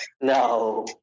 No